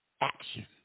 action